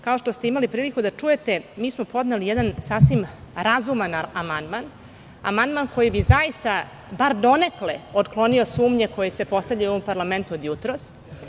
Kao što ste imali priliku da čujete, mi smo podneli jedan sasvim razuman amandman, koji bi bar donekle otklonio sumnje koje se postavljaju u ovom parlamentu od jutros.